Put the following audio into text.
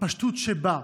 הפשטות שבה,